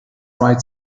right